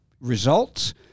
results